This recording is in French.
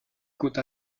côte